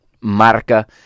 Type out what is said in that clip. Marca